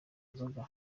nzoga